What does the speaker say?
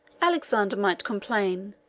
alexander might complain,